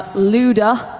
luda.